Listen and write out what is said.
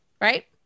Right